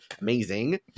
Amazing